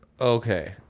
Okay